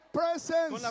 presence